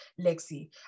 Lexi